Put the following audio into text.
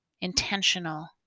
intentional